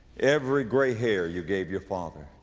every gray hair you gave your father,